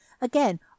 Again